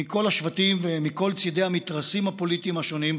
מכל השבטים ומכל צידי המתרסים הפוליטיים השונים,